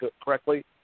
correctly